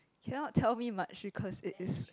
cannot tell me much because it is